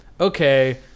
okay